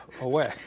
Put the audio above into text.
away